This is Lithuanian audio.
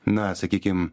na sakykim